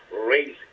raise